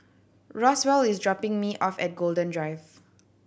Roswell is dropping me off at Golden Drive